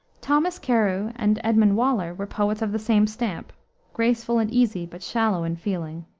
thomas carew and edmund waller were poets of the same stamp graceful and easy, but shallow in feeling.